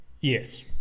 Yes